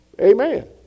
Amen